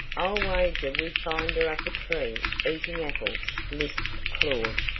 i'll wager we find her up a tree eating apples, lisped claud.